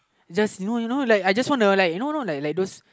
just you know you know like I just want to like you know like those